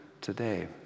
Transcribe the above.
today